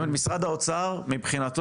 זאת אומרת, משרד האוצר, מבחינתו,